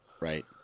Right